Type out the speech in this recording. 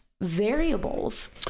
variables